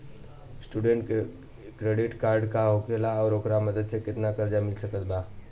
Student credit card का होखेला और ओकरा मदद से केतना कर्जा मिल सकत बा?